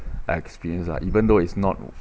experience lah even though it's not